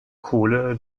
kohle